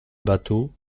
bâteau